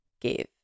give